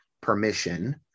permission